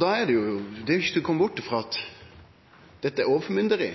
Da er det ikkje til å kome bort frå at dette er overformynderi.